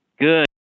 Good